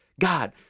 God